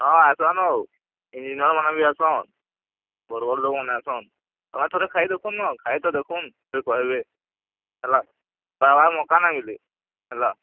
ହଁ ଆସନ୍ ହୋ ଇଞ୍ଜିନିୟର୍ ମାନେ ବି ଆସନ୍ ବଡ଼ ବଡ଼ ଲୋକମାନେ ବି ଆସନ୍ ତୁମେ ଥରେ ଖାଇ ଦେଖୁନ୍ ନ ଖାଇ ତ ଦେଖୁନ୍ ଫିର୍ କହିବେ ହେଲା କହିବେ ଆଉ ମକା ନାଇଁ ବୋଲି ହେଲା